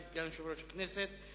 סגן יושב-ראש הכנסת.